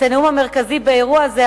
את הנאום המרכזי באירוע הזה,